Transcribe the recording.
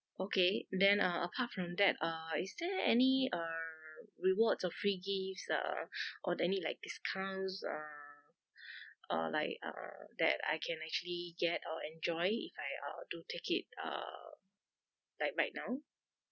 okay then uh apart from that uh is there any uh rewards or free gifts or or any like discounts or uh like uh that I can actually get or enjoy if I uh do take it uh like right now